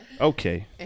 okay